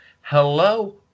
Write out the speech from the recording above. Hello